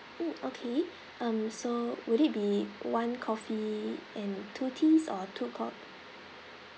mm okay um so would it be one coffee and two teas or two co~